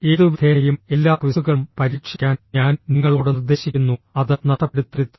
ഏതുവിധേനയും എല്ലാ ക്വിസുകളും പരീക്ഷിക്കാൻ ഞാൻ നിങ്ങളോട് നിർദ്ദേശിക്കുന്നു അത് നഷ്ടപ്പെടുത്തരുത്